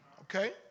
okay